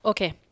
Okay